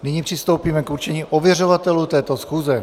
Nyní přistoupíme k určení ověřovatelů této schůze.